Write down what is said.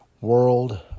world